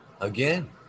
Again